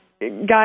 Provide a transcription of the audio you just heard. guys